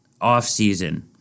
offseason